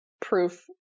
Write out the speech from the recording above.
proof